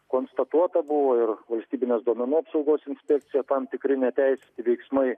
konstatuota buvo ir valstybinės duomenų apsaugos inspekcija tam tikri neteisėti veiksmai